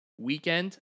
weekend